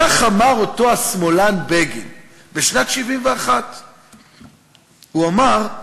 כך אמר אותו השמאלן בגין בשנת 1971. הוא אמר: